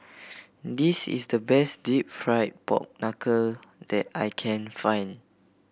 this is the best Deep Fried Pork Knuckle that I can find